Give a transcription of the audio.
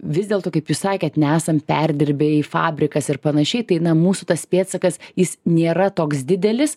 vis dėlto kaip jūs sakėt nesam perdirbėjai fabrikas ir panašiai tai na mūsų tas pėdsakas jis nėra toks didelis